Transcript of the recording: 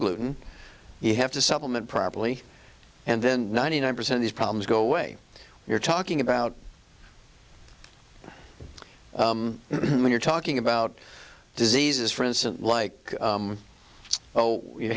gluten you have to supplement properly and then ninety nine percent these problems go away you're talking about when you're talking about diseases for instance like oh you